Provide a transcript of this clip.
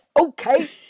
Okay